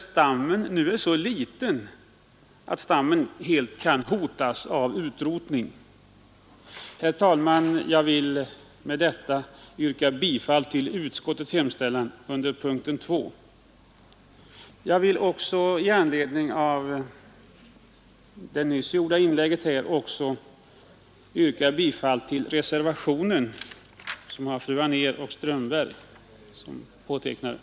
land som nu är så små att de hotas av utrotning. AA Vissa jaktfrågor m.m. Herr talman! Jag yrkar bifall till utskottets hemställan under punkten 2. Med anledning av det nyss gjorda inlägget vill jag också yrka bifall till reservationen av fru Anér och herr Strömberg.